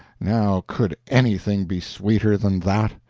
now could anything be sweeter than that?